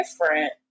different